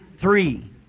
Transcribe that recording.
Three